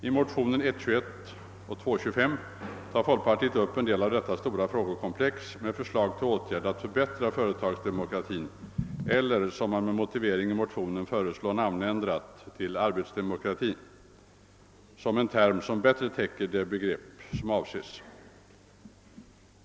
I motion I: 21 och II: 25 tar folkpartiet upp en del av detta stora frågekomplex med förslag till åtgärder att förbättra företagsdemokratin eller som man med motiveringen i motionen föreslår namnändrat till arbetsdemokrati, en term som bättre täcker det begrepp som avses.